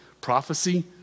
Prophecy